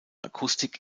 akustik